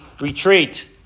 retreat